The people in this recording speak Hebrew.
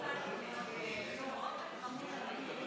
אנחנו עוברים לסעיף 2 לחוק המדובר.